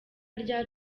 rya